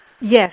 Yes